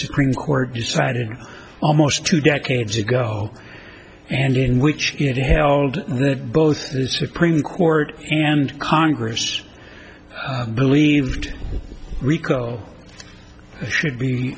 supreme court decided almost two decades ago and in which it held that both the supreme court and congress believed rico should be